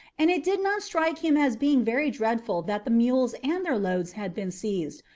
and it did not strike him as being very dreadful that the mules and their loads had been seized,